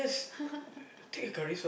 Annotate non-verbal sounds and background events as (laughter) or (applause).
(laughs)